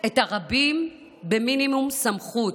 את הרבים במינימום סמכות,